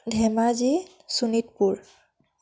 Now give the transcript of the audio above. Dhemaji Sonitpur